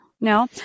No